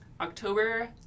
October